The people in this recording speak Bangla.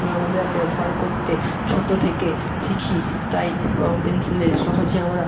ব্যবহার করতে ছোটো থেকে শিখি তাই রঙ পেনসিলে সহজে আমরা